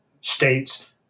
states